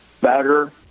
better